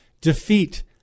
Defeat